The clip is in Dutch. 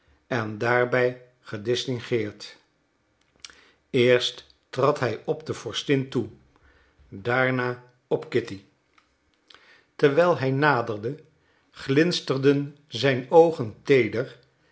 en daarbij gedistingueerd eerst trad hij op de vorstin toe daarna op kitty terwijl hij naderde glinsterden zijn oogen teeder